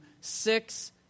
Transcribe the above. six